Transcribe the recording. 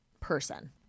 person